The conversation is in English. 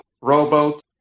rowboat